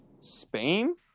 Spain